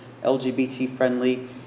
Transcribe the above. LGBT-friendly